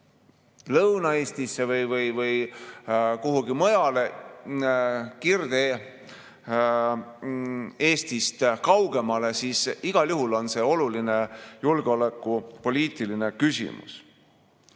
Lõuna-Eestisse või kuhugi mujale, Kirde-Eestist kaugemale, siis igal juhul oleks see oluline julgeolekupoliitiline küsimus.